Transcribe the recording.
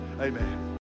Amen